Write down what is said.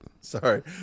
Sorry